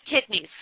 kidneys